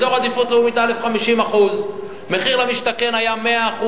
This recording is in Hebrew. אזור עדיפות לאומית א' 50%; מחיר למשתכן היה 100%,